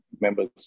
members